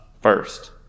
first